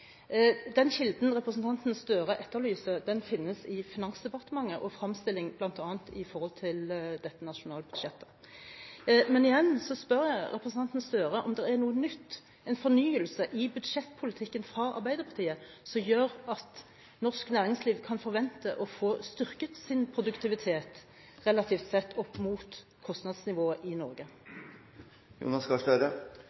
Den kilden representanten Gahr Støre etterlyser, finnes i Finansdepartementet og fremstilling bl.a. når det gjelder dette nasjonalbudsjettet. Men igjen spør jeg representanten Gahr Støre om det er noe nytt, en fornyelse, i budsjettpolitikken til Arbeiderpartiet, som gjør at norsk næringsliv kan forvente å få styrket sin produktivitet, relativt sett, opp mot kostnadsnivået i